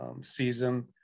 season